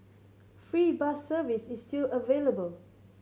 free bus service is still available